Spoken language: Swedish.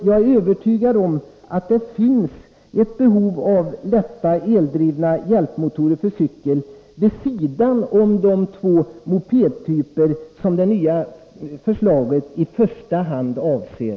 Jag är övertygad om att det finns ett behov av lätta, eldrivna hjälpmotorer för cykel vid sidan om de två mopedtyper som det nya förslaget i första hand avser.